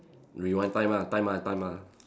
rewind time ah time ah time ah